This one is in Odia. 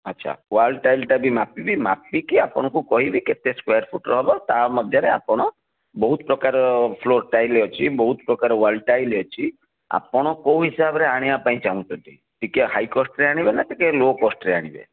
ଆଚ୍ଛା ୱାଲ୍ ଟାଇଲ୍ଟା ବି ମାପିବି ମାପିକି ଆପଣଙ୍କୁ କହିବି କେତେ ସ୍କୋୟାର୍ ଫୁଟର ହେବ ତା ମଧ୍ୟରେ ଆପଣ ବହୁତ ପ୍ରକାର ଫ୍ଲୋର୍ ଟାଇଲ୍ ଅଛି ବହୁତ ପ୍ରକାର ୱାଲ୍ ଟାଇଲ୍ ଅଛି ଆପଣ କେଉଁ ହିସାବରେ ଆଣିବା ପାଇଁ ଚାହୁଁଛନ୍ତି ଟିକିଏ ହାଇ କଷ୍ଟ୍ରେ ଆଣିବେ ନା ଟିକେ ଲୋ କଷ୍ଟ୍ରେ ଆଣିବେ